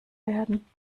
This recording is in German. werden